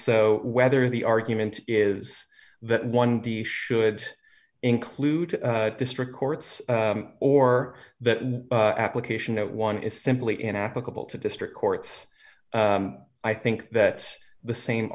so whether the argument is that one should include district courts or that application that one is simply an applicable to district courts i think that the same